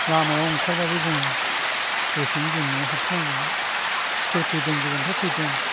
लामायाव ओंखारब्लाबो जोङो दसेनो जोङो न'आव हाबफिननांगौमोन सोर फैदों गोजाननिफ्राय फैदों